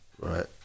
right